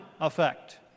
effect